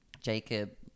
jacob